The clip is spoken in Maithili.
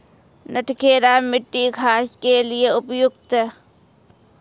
नटखेरा मिट्टी घास के लिए उपयुक्त?